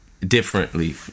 Differently